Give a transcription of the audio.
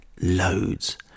loads